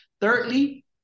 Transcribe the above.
Thirdly